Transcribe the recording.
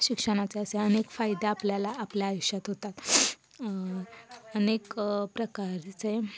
शिक्षणाचे असे अनेक फायदे आपल्याला आपल्या आयुष्यात होतात अनेक प्रकारचे